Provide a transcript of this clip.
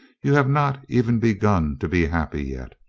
you have not even begun to be happy yet.